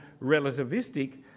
relativistic